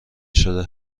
شده